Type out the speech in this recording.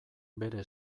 bere